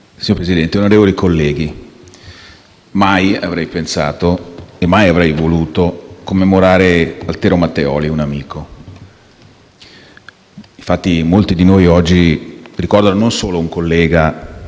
un amico. Molti di noi, oggi, ricordano non solo un collega, ma soprattutto un caro amico. Personalmente ho conosciuto e ho apprezzato il suo lavoro